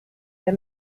der